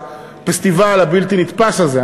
לפסטיבל הבלתי-נתפס הזה.